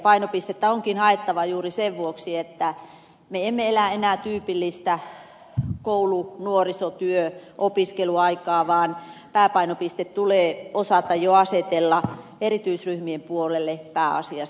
painopistettä onkin haettava juuri sen vuoksi että me emme elä enää tyypillistä koulu nuorisotyö opiskeluaikaa vaan pääpainopiste tulee osata jo asetella erityisryhmien puolelle pääasiassa